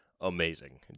amazing